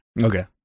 Okay